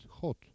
hot